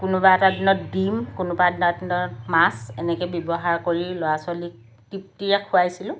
কোনোবা এটা দিনত ডিম কোনোবা এটা দিনত মাছ এনেকৈ ব্যৱহাৰ কৰি ল'ৰা ছোৱালীক তৃপ্তিৰে খুৱাইছিলোঁ